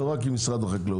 לא רק עם משרד החקלאות.